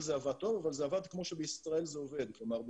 כל זה עבד טוב אבל זה עבד כמו שבישראל זה עובד כלומר,